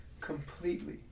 completely